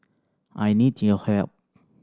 I need your help